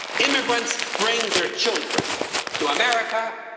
immigrants bring their children to america,